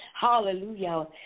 Hallelujah